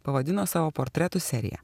pavadino savo portretų seriją